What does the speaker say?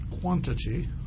quantity